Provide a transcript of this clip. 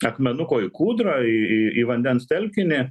akmenuko į kūdrą į į į vandens telkinį